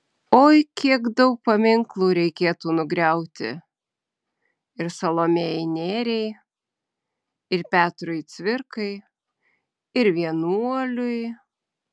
oi kiek daug paminklų reikėtų nugriauti ir salomėjai nėriai ir petrui cvirkai ir vienuoliui